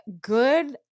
good